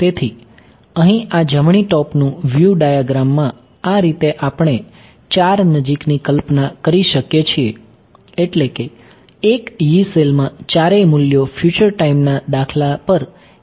તેથી અહીં આ જમણી ટોપનું વ્યુ ડાયાગ્રામ માં આ રીતે આપણે ચાર નજીકની કલ્પના કરી શકીએ છીએ એટલે કે એક Yee સેલમાં ચારેય મૂલ્યો ફ્યુચર ટાઈમ ના દાખલા પર ની ગણતરીમાં સામેલ છે